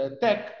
tech